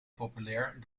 populair